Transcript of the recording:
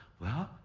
well,